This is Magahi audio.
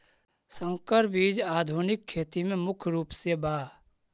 संकर बीज आधुनिक खेती में मुख्य रूप से बा